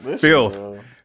Filth